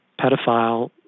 pedophile